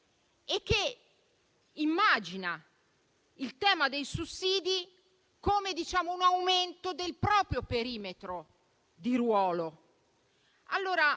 e che immagina il tema dei sussidi come un aumento del perimetro del